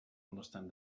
understand